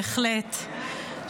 בהחלט,